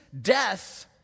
death